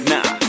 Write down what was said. Nah